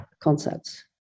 concepts